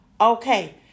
okay